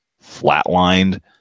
flatlined